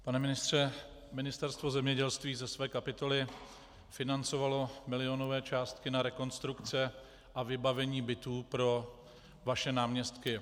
Pane ministře, Ministerstvo zemědělství ze své kapitoly financovalo milionové částky na rekonstrukce a vybavení bytů pro vaše náměstky.